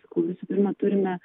sakau visų pirma turime